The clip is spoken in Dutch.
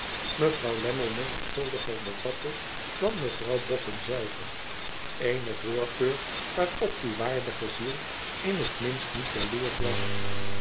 vriend lammie menivuldiger bevatte dan mevrouw bofün zelve eene voorkeur waarop die waardige ziel in het minst niet jaloersch was